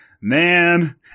man